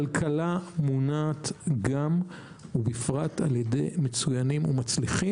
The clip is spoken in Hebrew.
כלכלה מונעת גם ובפרט על ידי מצוינים ומצליחים